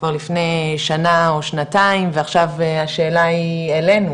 כבר לפני שנה או שנתיים ועכשיו השאלה היא אלינו,